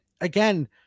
again